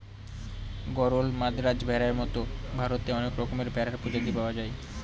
গরল, মাদ্রাজ ভেড়ার মতো ভারতে অনেক রকমের ভেড়ার প্রজাতি পাওয়া যায়